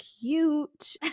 cute